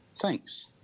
thanks